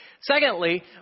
Secondly